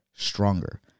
stronger